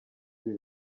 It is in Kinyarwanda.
ibi